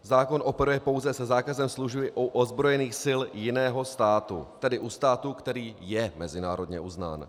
Zákon operuje pouze se zákazem služby u ozbrojených sil jiného státu, tedy u státu, který je mezinárodně uznán.